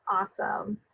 awesome.